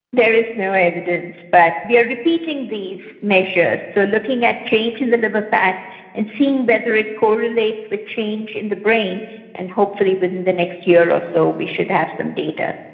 there is no evidence, but we are repeating these measures, so looking at change in the liver fat and seeing whether it correlates with change in the brain and hopefully within the next year ah so we should have some data.